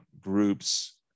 groups